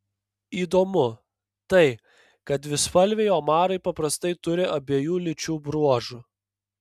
įdomu tai kad dvispalviai omarai paprastai turi abiejų lyčių bruožų